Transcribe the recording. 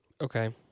Okay